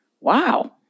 wow